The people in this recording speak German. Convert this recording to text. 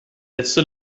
letzte